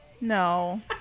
No